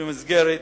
שבמסגרת